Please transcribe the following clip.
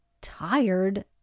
tired